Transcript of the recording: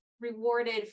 rewarded